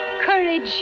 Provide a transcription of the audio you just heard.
Courage